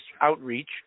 outreach